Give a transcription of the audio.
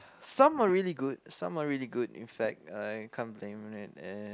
some are really good some are really good in fact I can't blame it and